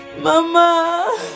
Mama